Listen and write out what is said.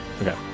Okay